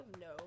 no